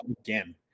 again